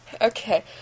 Okay